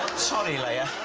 sorry, leia.